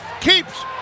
keeps